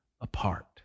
apart